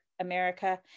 America